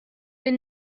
been